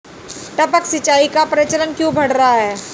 टपक सिंचाई का प्रचलन क्यों बढ़ रहा है?